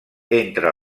entre